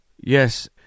Yes